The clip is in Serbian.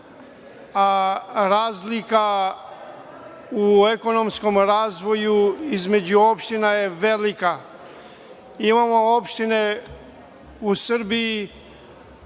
a razlika u ekonomskom razvoju između opština je velika. Imamo opštine u Srbiji